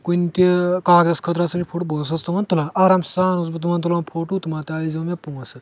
کُنہِ تہِ کاکدَس خٲطرٕ ہَسا چھُ فوٹوٗ بہٕ اوسَس تِمَن تُلان آرام سان اوسس بہٕ تِمَن تُلان فوٹوٗ تہٕ تِم ٲسۍ دِوان مےٚ پوںٛسہٕ